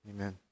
Amen